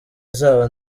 izaba